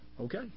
Okay